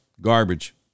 garbage